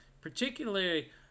Particularly